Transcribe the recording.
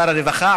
שר הרווחה,